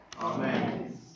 amen